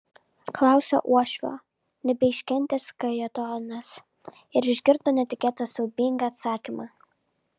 klausia uošvio nebeiškentęs kajetonas ir išgirdo netikėtą siaubingą atsakymą